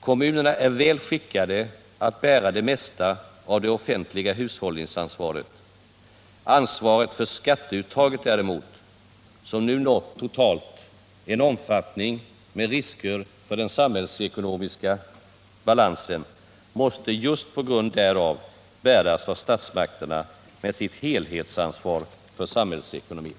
Kommunerna är väl skickade att bära det mesta av det offentliga hushållningsansvaret. Ansvaret för skatteuttaget däremot, som nu totalt nått en omfattning med risker för den samhällsekonomiska balansen, måste just på grund därav bäras av statsmakterna med sitt helhetsansvar för samhällsekonomin.